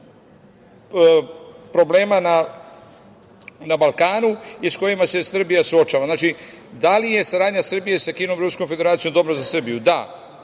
problema na Balkanu i sa kojima se Srbija suočava. Znači, da li je saradnja Srbije sa Kinom, Ruskom Federacijom dobra za Srbiju? Da.